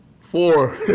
Four